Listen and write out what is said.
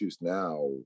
now